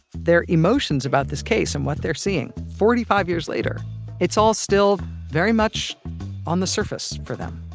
their emotions about this case, and what they're seeing forty five years later it's all still very much on the surface for them